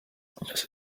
ese